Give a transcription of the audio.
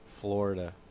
Florida